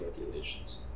regulations